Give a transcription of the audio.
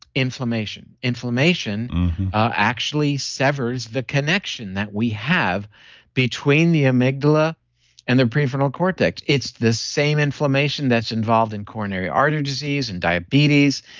inflammation. inflammation actually severs the connection that we have between the amygdala and the prefrontal cortex. it's the same inflammation that's involved in coronary artery disease, in diabetes,